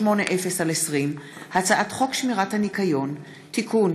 פ/4380/20 וכלה בהצעת חוק פ/4404/20: הצעת חוק שמירת הניקיון (תיקון,